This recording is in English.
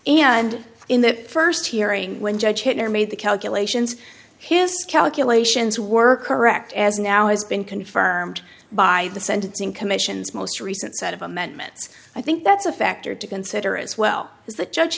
and in the first here when judge hitler made the calculations his calculations were correct as now has been confirmed by the sentencing commission's most recent set of amendments i think that's a factor to consider as well as that judge